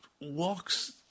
walks